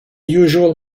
usual